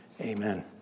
amen